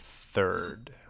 third